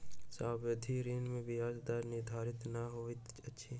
सावधि ऋण में ब्याज दर निर्धारित नै होइत अछि